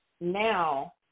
now